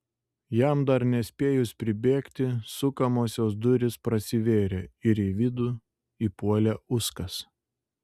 jam dar nespėjus pribėgti sukamosios durys prasivėrė ir į vidų įpuolė uskas